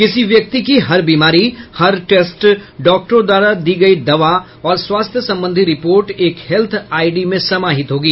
किसी व्यक्ति की हर बीमारी हर टेस्ट डॉक्टर द्वारा दी गयी दवा और स्वास्थ्य संबंधी रिपोर्ट एक हेल्थ आईडी में समाहित होगी